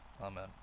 amen